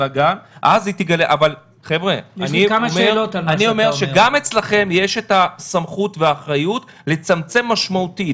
אני אומר שגם אצלכם יש את הסמכות לצמצם משמעותית.